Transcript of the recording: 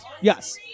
Yes